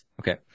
Okay